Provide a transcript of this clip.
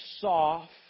soft